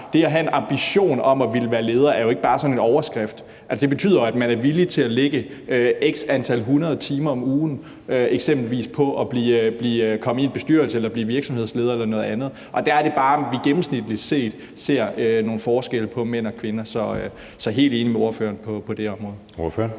det at have en ambition om at ville være leder er jo ikke bare sådan en overskrift. Det betyder jo, at man er villig til at lægge x antal hundrede timer om ugen, eksempelvis på at komme i en bestyrelse eller blive virksomhedsleder eller noget andet, og der er det bare, at vi gennemsnitligt set ser nogle forskelle på mænd og kvinder. Så jeg er helt enig med ordføreren på det område. Kl.